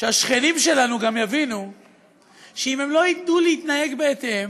שהשכנים שלנו גם יבינו שאם הם לא ידעו להתנהג בהתאם,